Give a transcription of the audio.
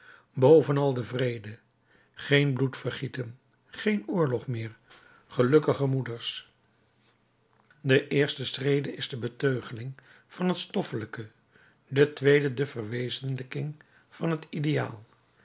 bovenal de vrede geen bloedvergieten geen oorlog meer gelukkige moeders de eerste schrede is de beteugeling van het stoffelijke de tweede de verwezenlijking van het ideaal